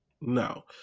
no